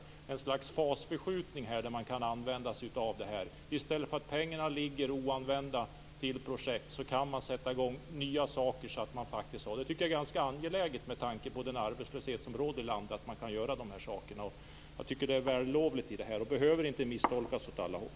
Det är fråga om ett slags fasförskjutning. I stället för att låta pengarna ligga oanvända i väntan på projekt kan man sätta i gång nya saker. Med tanke på den arbetslöshet som råder ute i landet är det angeläget att man kan göra så här. Det är vällovligt och behöver inte misstolkas åt alla håll.